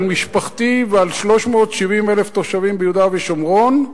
על משפחתי ועל 370,000 התושבים ביהודה ושומרון,